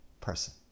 person